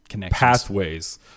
pathways